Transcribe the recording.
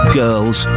girl's